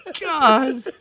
God